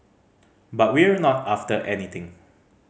but we're not after anything